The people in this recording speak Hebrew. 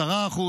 10%,